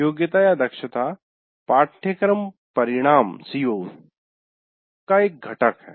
योग्यतादक्षता "पाठ्यक्रम परिणाम" CO's का एक घटक है